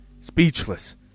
Speechless